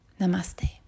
Namaste